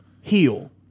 heal